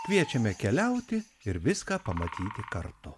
kviečiame keliauti ir viską pamatyti kartu